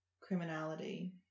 criminality